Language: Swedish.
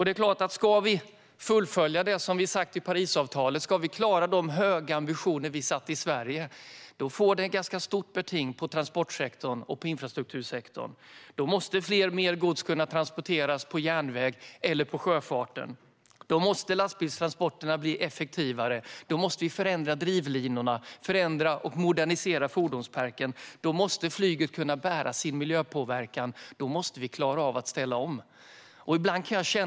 Det är klart att om vi ska fullfölja det som sägs i Parisavtalet och klara de höga ambitioner som vi har uppsatt i Sverige, då blir det ett stort beting på transportsektorn och infrastruktursektorn. Då måste mer gods kunna transporteras på järnväg eller med sjöfart. Då måste lastbilstransporterna bli effektivare. Då måste vi förändra drivlinorna och förändra och modernisera fordonsparken. Då måste flyget kunna bära sin miljöpåverkan. Då måste vi klara av att ställa om.